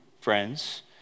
friends